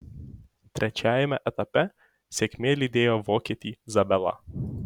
trečiajame etape sėkmė lydėjo vokietį zabelą